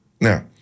Now